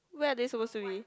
where are they supposed to be